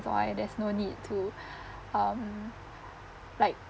so I there's no need to um like